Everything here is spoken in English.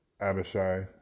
Abishai